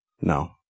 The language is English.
No